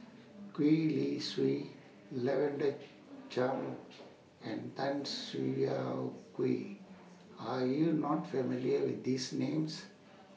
Gwee Li Sui Lavender Chang and Tan Siah Kwee Are YOU not familiar with These Names